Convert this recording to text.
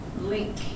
link